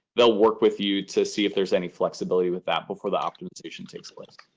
they'll work with you to see if there's any flexibility with that before the optimization takes place?